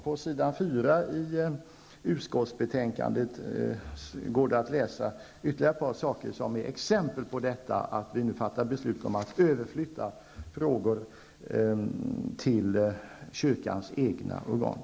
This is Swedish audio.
På s. 4 i utskottsbetänkandet går det att läsa ytterligare ett par saker som är exempel på att vi nu fattar beslut om att överflytta frågor till kyrkans egna organ.